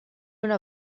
una